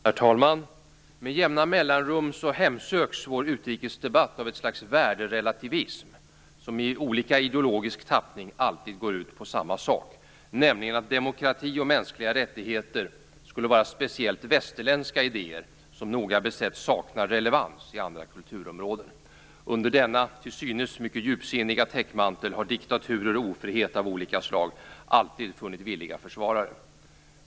Herr talman! Med jämna mellanrum hemsöks vår utrikesdebatt av ett slags värderelativism, som i olika ideologisk tappning alltid går ut på samma sak - nämligen att demokrati och mänskliga rättigheter skulle vara speciellt västerländska idéer som noga besett saknar relevans i andra kulturområden. Under denna till synes mycket djupsinniga täckmantel har diktaturer och ofrihet av olika slag alltid funnit villiga försvarare.